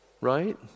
right